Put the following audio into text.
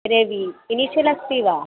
रविः इनिशियल् अस्ति वा